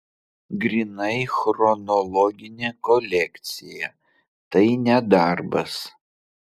grynai chronologinė kolekcija tai ne darbas